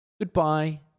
Goodbye